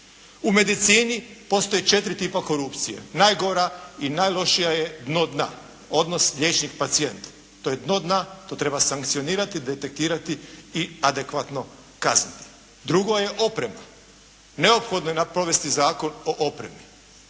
U medicini postoje četiri tipa korupcije. Najgora i najlošija je dno dna, odnos liječnik pacijent. To je dno dna, to treba sankcionirati, detektirati i adekvatno kazniti. Drugo je oprema. Neophodno je provesti Zakon o opremi.